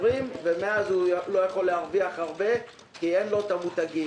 מאז הוא לא יכול להרוויח הרבה כי אין לו את המותגים.